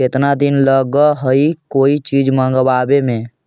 केतना दिन लगहइ कोई चीज मँगवावे में?